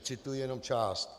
Cituji jenom část: